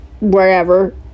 wherever